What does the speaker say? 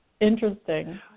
Interesting